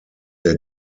der